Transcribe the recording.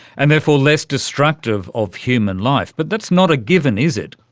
and therefore less destructive of human life. but that's not a given, is it.